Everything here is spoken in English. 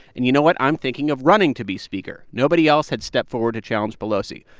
and you know what? i'm thinking of running to be speaker. nobody else had stepped forward to challenge pelosi.